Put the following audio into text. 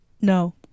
No